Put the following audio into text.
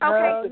Okay